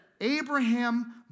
Abraham